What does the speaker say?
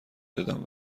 دادم